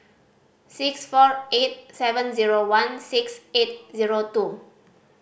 six four eight seven zero one six eight zero two